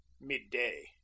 midday